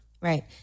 Right